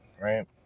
Right